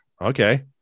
okay